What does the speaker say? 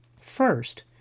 First